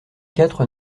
quatre